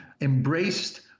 embraced